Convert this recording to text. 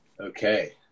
Okay